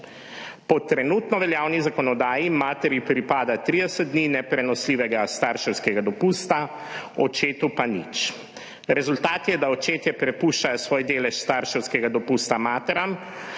Po trenutno veljavni zakonodaji materi pripada 30 dni neprenosljivega starševskega dopusta, očetu pa nič. Rezultat je, da očetje prepuščajo svoj delež starševskega dopusta materam,